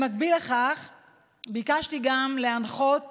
במקביל ביקשתי להנחות